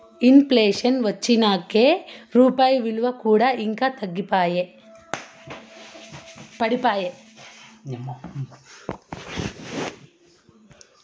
in ప్లేషన్ వచ్చినంకే రూపాయి ఇలువ కూడా ఇంకా పడిపాయే